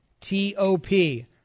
T-O-P